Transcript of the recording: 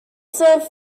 served